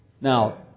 Now